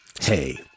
Hey